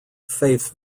faith